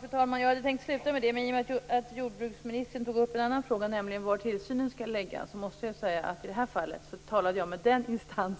Fru talman! Jag hade tänkt sluta med detta, men i och med att jordbruksministern tog upp en annan fråga, nämligen var tillsynen skall läggas, måste jag säga något. I det här fallet talade jag med den instans